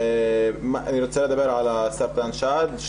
אני רוצה לדבר סרטן שד.